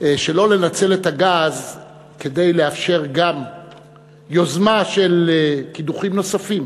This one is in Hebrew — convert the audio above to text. שלא לנצל את הגז כדי לאפשר גם יוזמה של קידוחים נוספים